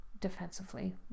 defensively